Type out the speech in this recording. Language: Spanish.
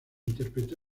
interpretó